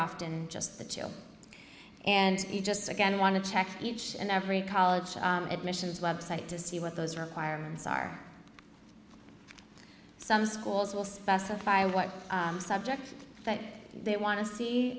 often just to chill and you just again want to check each and every college admissions website to see what those requirements are some schools will specify what subjects that they want to see